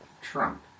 Trump